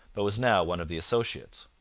but was now one of the associates.